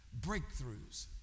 breakthroughs